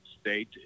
state